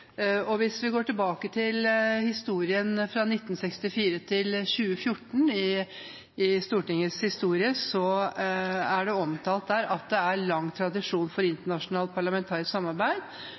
begynte. Hvis vi går til Stortingets historie 1964–2014, er det omtalt at det er lang tradisjon for internasjonalt parlamentarisk samarbeid.